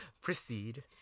proceed